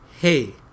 hey